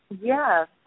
Yes